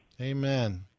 Amen